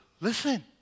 Listen